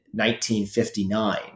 1959